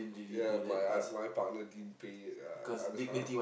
ya my uh my partner didn't pay it uh Adha